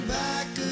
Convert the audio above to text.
back